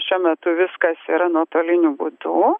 šiuo metu viskas yra nuotoliniu būdu